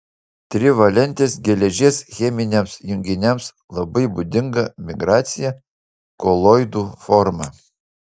trivalentės geležies cheminiams junginiams labai būdinga migracija koloidų forma